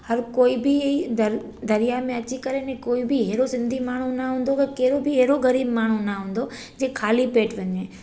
हर कोई बि दर दरिया में अची करे ने कोई बि अहिड़ो सिंधी माण्हू न हूंदो कहिड़ो बि अहिड़ो ग़रीबु माण्हू न हूंदो जे ख़ाली पेटु वञे